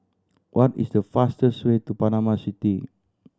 what is the fastest way to Panama City